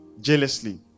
jealously